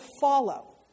follow